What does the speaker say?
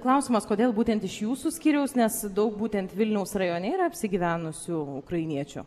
klausimas kodėl būtent iš jūsų skyriaus nes daug būtent vilniaus rajone yra apsigyvenusių ukrainiečių